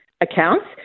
accounts